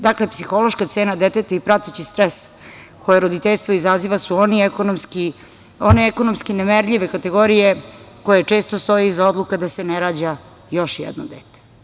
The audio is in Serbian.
Dakle, psihološka cena deteta i prateći stres koje roditeljstvo izaziva su one ekonomski nemerljive kategorije koje često stoje iza odluka da se ne rađa još jedno dete.